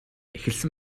эхэлсэн